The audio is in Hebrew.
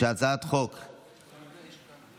הצעת ועדת הכנסת בדבר